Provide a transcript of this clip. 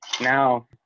now